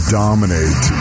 dominate